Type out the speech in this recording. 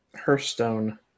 Hearthstone